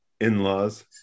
in-laws